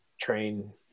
train